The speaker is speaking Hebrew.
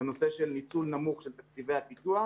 בנושא של ניצול נמוך של תקציבי הפיתוח.